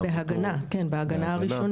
כן, בהגנה הראשונית.